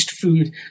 food